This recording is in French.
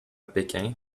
pékin